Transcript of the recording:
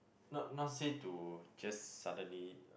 not not say to just suddenly